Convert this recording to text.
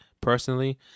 personally